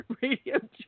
Radio